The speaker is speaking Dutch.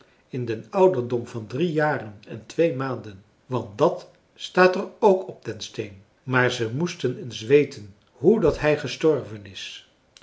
in den ouderdom van drie jaren en twee maanden want dat staat er ook op den steen maar ze moesten eens weten hoe dat hij gestorven is